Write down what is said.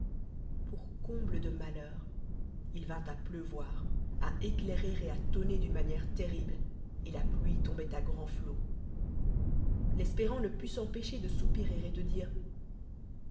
pour comblede malheur il vint à pleuvoir à éclairer et à tonner d'one manière terrible et la plu'e tomboit à grands flots htfspérant ne put s'enlpêcher de soupirer et de düe